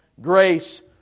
Grace